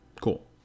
Cool